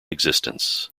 existence